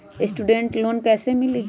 Student loan कैसे मिली?